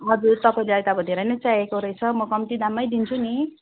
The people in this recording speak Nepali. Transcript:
हजुर तपाईँलाई त अब धेरै नै चाहिएको रहेछ म कम्ती दाममै दिन्छु नि